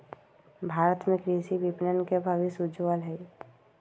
भारत में कृषि विपणन के भविष्य उज्ज्वल हई